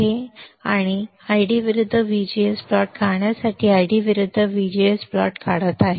आता मी आयडी विरुद्ध व्हीजीएस प्लॉट काढण्यासाठी आयडी विरुद्ध व्हीजीएस प्लॉट काढत आहे